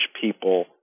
people